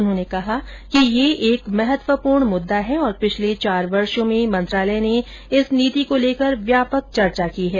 उन्होंने कहा कि यह एक महत्वपूर्ण मुद्दा है और पिछले चार वर्षों में मंत्रालय ने इस नीति को लेकर व्यापक चर्चा की है